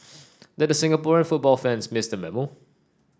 did the Singaporean football fans miss the memo